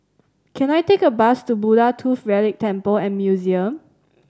can I take a bus to Buddha Tooth Relic Temple and Museum